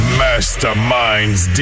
masterminds